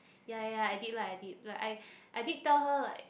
yea yea yea I did lah I did like I I did tell her like